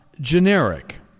generic